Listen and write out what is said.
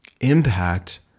Impact